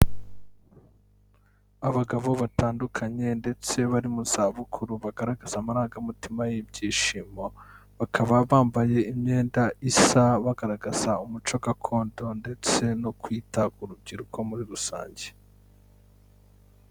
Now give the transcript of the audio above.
Abagabo batandukanye ndetse bari mu zabukuru, bagaragaza amarangamutima y'ibyishimo, bakaba bambaye imyenda isa, bagaragaza umuco gakondo ndetse, no kwita ku rubyiruko muri rusange.